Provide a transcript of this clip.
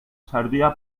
servia